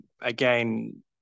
again